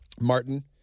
Martin